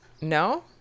No